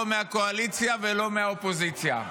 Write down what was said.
לא מהקואליציה ולא מהאופוזיציה.